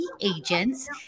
agents